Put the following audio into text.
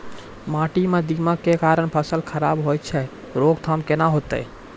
माटी म दीमक के कारण फसल खराब होय छै, रोकथाम केना होतै?